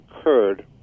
occurred